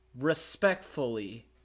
respectfully